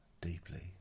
deeply